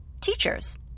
teachers